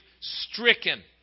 stricken